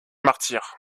martyre